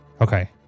Okay